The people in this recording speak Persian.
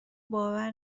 باور